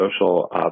social